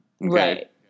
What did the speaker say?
Right